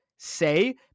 say